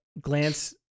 glance